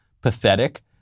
pathetic